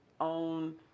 own